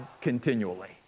continually